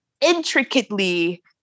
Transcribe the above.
intricately